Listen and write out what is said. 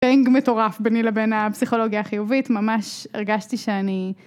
בנג מטורף בני לבין הפסיכולוגיה החיובית ממש הרגשתי שאני.